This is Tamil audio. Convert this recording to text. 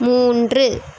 மூன்று